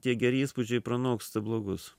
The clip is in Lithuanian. tie geri įspūdžiai pranoksta blogus